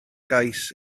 gais